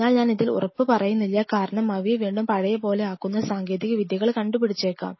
എന്നാൽ ഞാൻ ഇതിൽ ഉറപ്പു പറയുന്നില്ല കാരണം അവയെ വീണ്ടും പഴയ പോലെ ആക്കുന്ന സാങ്കേതിക വിദ്യകൾ കണ്ടുപിടിച്ചേക്കാം